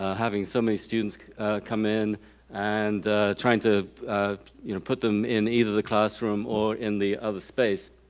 ah having so many students come in and trying to you know put them in either the classroom or in the other space.